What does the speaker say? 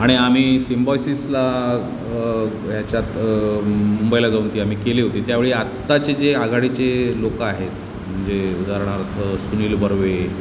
आणि आम्ही सिम्बॉयसिसला ह्याच्यात मुंबईला जाऊन ती आम्ही केली होती त्यावेळी आत्ताचे जे आघाडीचे लोकं आहेत म्हणजे उदाहरणार्थ सुनील बर्वे